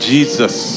Jesus